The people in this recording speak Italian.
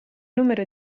numero